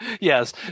yes